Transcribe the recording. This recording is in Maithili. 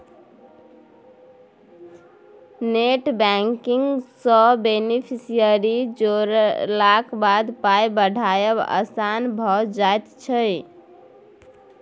नेटबैंकिंग सँ बेनेफिसियरी जोड़लाक बाद पाय पठायब आसान भऽ जाइत छै